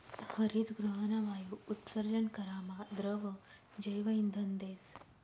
हरितगृहना वायु उत्सर्जन करामा द्रव जैवइंधन देस